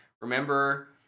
remember